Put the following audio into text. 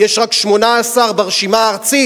יש רק 18 ברשימה הארצית,